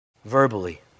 Verbally